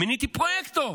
מיניתי פרויקטור,